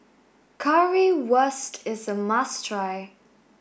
Currywurst is a must try